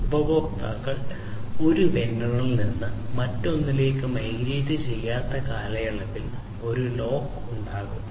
ഉപഭോക്താക്കൾ ഒരു വെണ്ടറിൽ നിന്ന് മറ്റൊന്നിലേക്ക് മൈഗ്രേറ്റ് ചെയ്യാത്ത കാലയളവിൽ ഒരു ലോക്ക് ഉണ്ടാകും